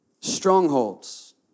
Strongholds